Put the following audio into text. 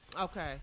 Okay